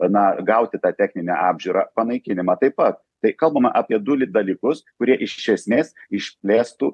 na gauti tą techninę apžiūrą panaikinimą taip pat tai kalbama apie duly dalykus kurie iš esmės išplėstų